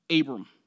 Abram